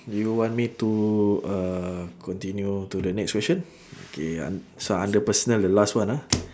you want me to uh continue to the next question okay un~ so under personal the last one ah